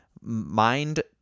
Mind